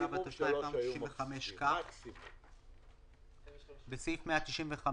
התשנ"ה 1995 כך: (1)בסעיף 195,